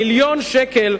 מיליון שקל,